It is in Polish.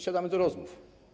Siadamy do rozmów.